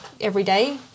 everyday